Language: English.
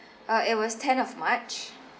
uh it was ten of march